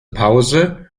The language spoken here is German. pause